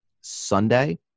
Sunday